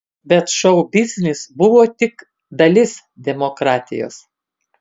bet šou biznis buvo tik dalis demokratijos